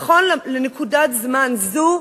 נכון לנקודת זמן זו,